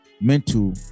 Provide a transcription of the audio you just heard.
mental